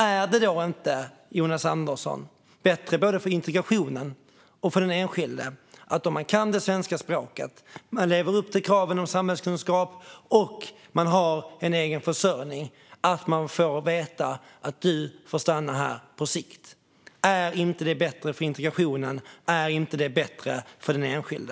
Är det då inte, Jonas Andersson, bättre för integrationen och för den enskilde att om man kan det svenska språket, lever upp till kraven när det gäller samhällskunskap och har en egen försörjning också får veta att man får stanna här på sikt? Är det inte bättre för integrationen och för den enskilde?